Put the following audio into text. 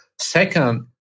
Second